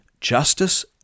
Justice